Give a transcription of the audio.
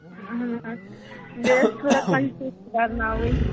اَہن حظ بیٚیہِ ٲسۍ تھوڑا کَرناوٕنۍ